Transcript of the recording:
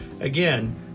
Again